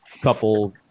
couple